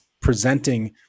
presenting